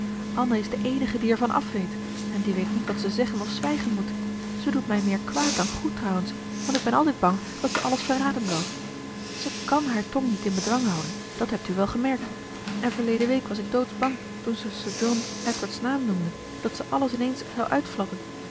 anne is de eenige die er van afweet en die weet niet wat ze zeggen of zwijgen moet ze doet mij meer kwaad dan goed trouwens want ik ben altijd bang dat ze alles verraden zal ze kàn haar tong niet in bedwang houden dat hebt u wel gemerkt en verleden was ik doodsbang toen ze sir john edward's naam noemde dat ze alles in eens zou